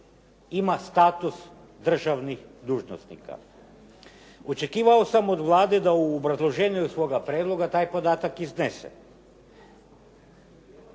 ima status državnih dužnosnika. Očekivao sam od Vlade da u obrazloženju svoga prijedloga taj podatak iznese.